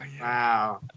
Wow